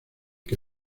que